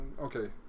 okay